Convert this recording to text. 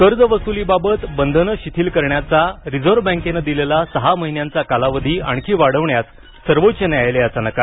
कर्जवसुलीबाबत बंधनं शिथिल करण्याचा रिझर्व्ह बँकेनं दिलेला सहा महिन्यांचा कालावधी आणखी वाढवण्यास सर्वोच्च न्यायालयाचा नकार